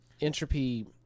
Entropy